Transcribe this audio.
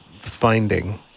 finding